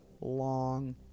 long